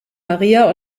maria